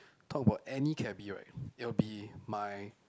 talk about any cabbie right it'll be my